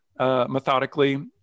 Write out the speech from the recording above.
methodically